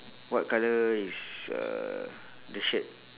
what colour is uh the shirt